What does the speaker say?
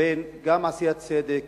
גם בין עשיית צדק,